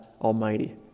Almighty